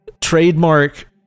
trademark